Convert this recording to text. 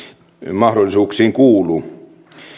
mahdollisuuksiin kuuluu